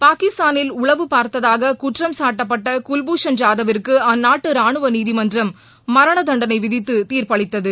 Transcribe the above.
பாகிஸ்தானில் உளவு பார்த்தாக குற்றம் சாட்டப்பட்ட குவ்பூஷன் ஜாதவிற்கு அந்நாட்டு ரானுவ நீதிமன்றம் மரண தண்டனை விதித்து தீர்ப்பளித்தது